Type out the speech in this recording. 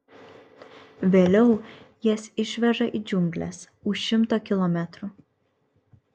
vėliau jas išveža į džiungles už šimto kilometrų